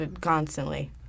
constantly